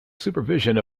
supervision